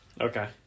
Okay